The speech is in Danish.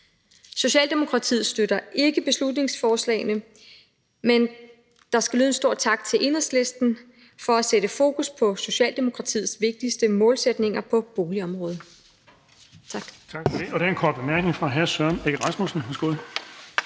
Socialdemokratiet støtter ikke beslutningsforslagene, men der skal lyde en stor tak til Enhedslisten for at sætte fokus på Socialdemokratiets vigtigste målsætninger på boligområdet.